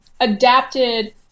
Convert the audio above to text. adapted